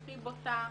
הכי בוטה,